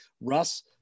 Russ